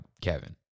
Kevin